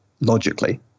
logically